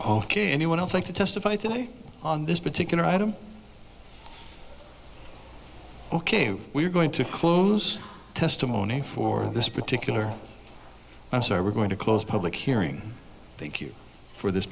ok anyone else like to testify today on this particular item ok we're going to close testimony for this particular i'm sorry we're going to close public hearing thank you for this